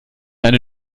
eine